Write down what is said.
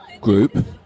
group